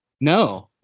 No